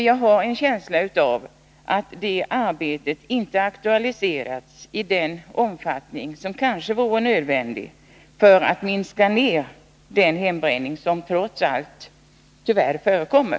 Jag har en känsla av att det arbetet inte aktualiserats i den omfattning som kanske vore nödvändig för att minska ner den hembränning som trots allt tyvärr förekommer.